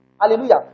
Hallelujah